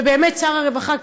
ובאמת שר הרווחה,